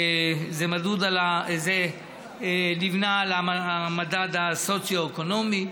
זה נבנה על המדד הסוציו-אקונומי,